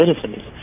citizens